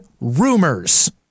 rumors